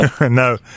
No